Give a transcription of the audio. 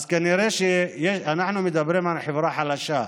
כנראה שאנחנו מדברים על חברה חלשה.